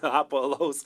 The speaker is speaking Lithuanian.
apo alaus